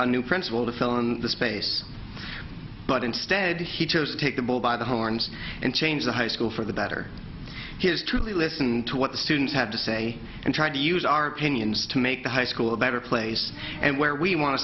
a new principle to fill in the space but instead he chose to take the bull by the horns and change the high school for the better he is truly listening to what the students have to say and trying to use our opinions to make the high school a better place and where we want to